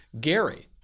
Gary